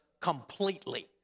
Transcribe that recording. completely